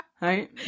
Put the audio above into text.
Right